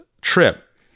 trip